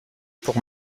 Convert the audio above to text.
pour